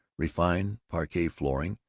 refined parquet flooring,